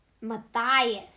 matthias